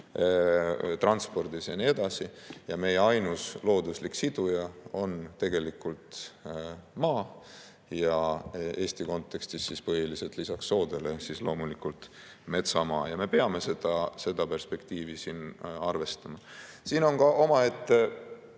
transpordis ja nii edasi. Meie ainus looduslik siduja on tegelikult maa ja Eesti kontekstis lisaks soodele põhiliselt loomulikult metsamaa. Me peame seda perspektiivi siin arvestama. Siin on ka üks